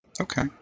Okay